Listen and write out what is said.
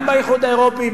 גם באיחוד האירופי,